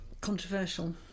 controversial